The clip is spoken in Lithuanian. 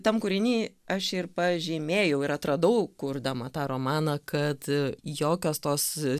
tam kūrinį aš ir pažymėjau ir atradau kurdama tą romaną kad jokios tos